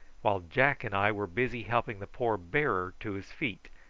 while jack and i were busy helping the poor bearer to his feet,